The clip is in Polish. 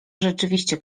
rzeczywiście